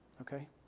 okay